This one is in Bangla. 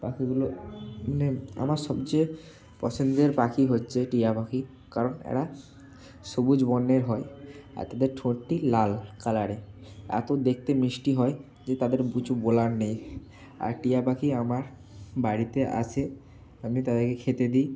পাখিগুলো মানে আমার সবচেয়ে পছন্দের পাখি হচ্ছে টিয়া পাখি কারণ এরা সবুজ বর্ণের হয় আর তাদের ঠোঁটটি লাল কালারের এত দেখতে মিষ্টি হয় যে তাদের বুচু বলার নেই আর টিয়া পাখি আমার বাড়িতে আছে আমি তাদেরকে খেতে দিই